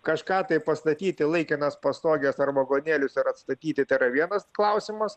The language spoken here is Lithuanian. kažką tai pastatyti laikinas pastoges ar vagonėlius ar atstatyti tai yra vienas klausimas